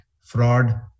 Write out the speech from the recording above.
fraud